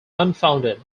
unfounded